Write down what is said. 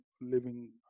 living